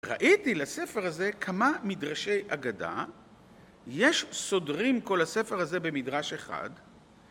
ראיתי לספר הזה כמה מדרשי אגדה. יש סודרים כל הספר הזה במדרש אחד.